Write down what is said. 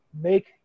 Make